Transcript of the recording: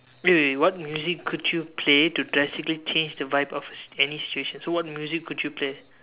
wait wait wait what music could you play to drastically change the vibe of any situation so what music could you play